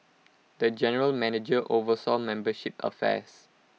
the general manager oversaw membership affects